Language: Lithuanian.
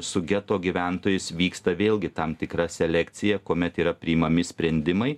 su geto gyventojais vyksta vėlgi tam tikra selekcija kuomet yra priimami sprendimai